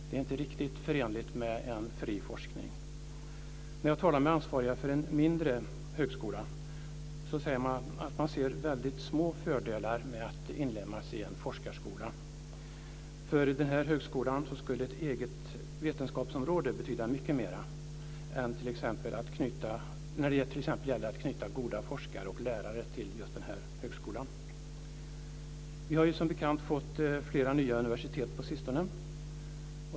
Det är inte riktigt förenligt med en fri forskning. När jag talar med ansvariga för en mindre högskola säger man att man ser små fördelar med att inlemmas i en forskarskola. För den högskolan skulle ett eget vetenskapsområde betyda mycket mera när det gäller t.ex. att knyta goda forskare och lärare till högskolan. Vi har som bekant fått flera nya universitet på sistone.